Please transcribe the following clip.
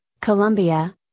Colombia